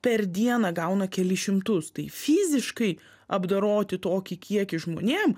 per dieną gauna kelis šimtus tai fiziškai apdoroti tokį kiekį žmonėm